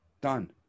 Done